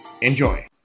Enjoy